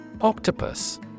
Octopus